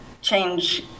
change